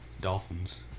Dolphins